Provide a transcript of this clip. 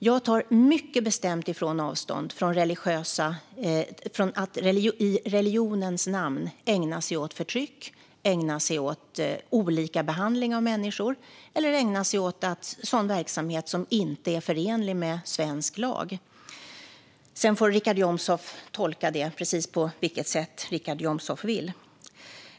Jag tar mycket bestämt avstånd från att i religionens namn ägna sig åt förtryck, åt olikabehandling av människor eller åt sådan verksamhet som inte är förenlig med svensk lag. Sedan får Richard Jomshof tolka det precis på vilket sätt han vill.